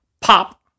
pop